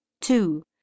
Two